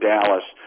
Dallas –